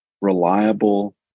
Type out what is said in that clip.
reliable